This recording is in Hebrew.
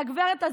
לגברת הזאת,